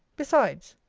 besides,